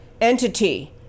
entity